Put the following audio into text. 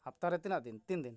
ᱦᱟᱯᱛᱟᱨᱮ ᱛᱤᱱᱟᱹᱜ ᱫᱤᱱ ᱛᱤᱱ ᱫᱤᱱ